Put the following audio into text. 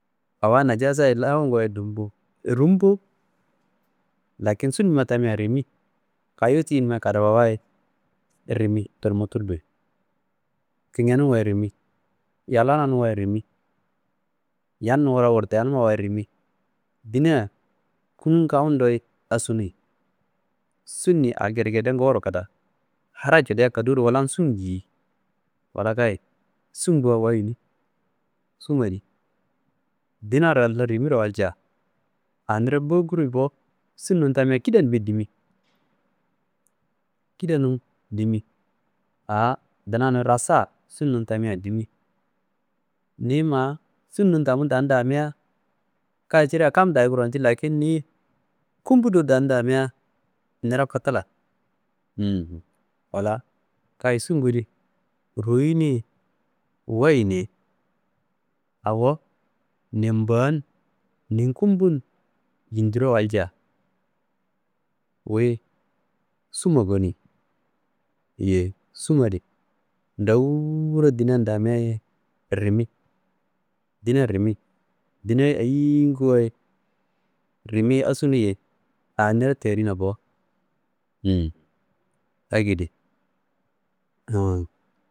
Awo nadjasa lawunguwaye dumbo rumbo lakin sunnumma tammika rimi kayowu tiyinummayi kadafawayi rimi tulmu tuluyi kingenumwayi rimi, yallananumwayi rimi, yamnumma wura wurdeanummawayi rimi. Dina kunum kawu ndo asunuyi. Sunniyi a gedegede nguro kida. Hara ciliyia koduro wu lan sum yiyi wala kayi sumnguwa wayinu. Sum adi dina rallo rimiro walcia a niro mbokiri bo sunnum tamia kidanumye dimi. Kidanum dimi a dinanummiyi rassa sunum tamia dimi. Ni ma sunnum tamu dan damiyi kayi ciria kam dayi koro nji lakin niyi kumbu do dandamia niro kotula. «hesitation» wala kayii sungu di ruwuyini ye wayini ye. Awo nunmba n ninkumbu n yindiro walcia wuyi summa goni. Yeyi summadi ndowurodinan damiaye rimi. Dina rimi, dinayi eyinguwayi rimi ye asunuyi ye a niro terina bo. «hesitation » akedi «hesitation »